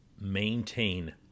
maintain